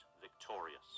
victorious